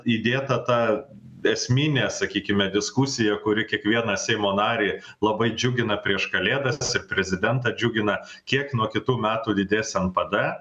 įdėta ta esminė sakykime diskusiją kuri kiekvieną seimo narį labai džiugina prieš kalėdas ir prezidentą džiugina kiek nuo kitų metų didės npd